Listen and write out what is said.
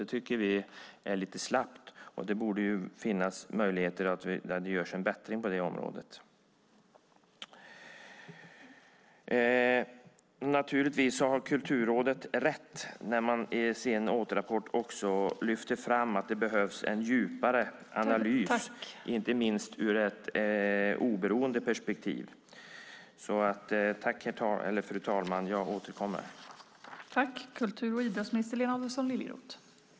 Det tycker vi är lite slappt. Det borde finnas möjligheter till bättring på det området. Naturligtvis har Kulturrådet rätt när man i sin återrapport också lyfter fram att det behövs en djupare analys, inte minst ur ett oberoende perspektiv.